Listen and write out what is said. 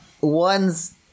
one's